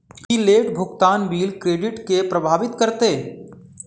की late भुगतान bill credit केँ प्रभावित करतै?